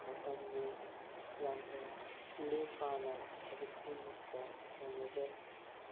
ꯃꯇꯝꯕꯨ ꯌꯥꯝꯅ ꯂꯦꯝ ꯄꯥꯅ ꯊꯕꯛ ꯈꯨꯗꯤꯡꯃꯛꯇ ꯀꯣꯟꯅꯖꯩ